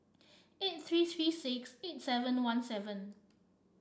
eight three three six eight seven one seven